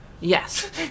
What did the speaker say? Yes